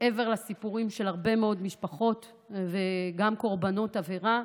מעבר לסיפורים של הרבה מאוד משפחות וגם קורבנות עבירה.